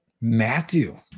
Matthew